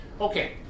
Okay